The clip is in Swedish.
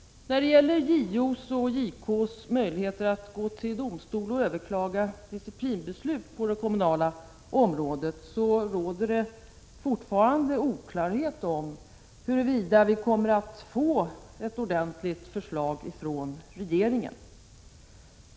När det gäller JO:s och JK:s möjligheter att gå till domstol och överklaga disciplinbeslut på det kommunala området råder det fortfarande oklarhet om huruvida vi kommer att få ett ordentligt förslag från regeringen.